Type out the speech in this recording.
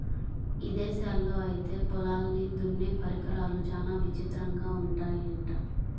ఇదేశాల్లో ఐతే పొలాల్ని దున్నే పరికరాలు చానా విచిత్రంగా ఉంటయ్యంట